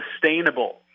sustainable